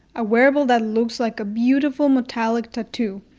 a wearable that looks like a beautiful metallic tattoo.